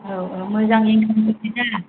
औ औ मोजाङैनो बुंनायसै दा